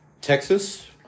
Texas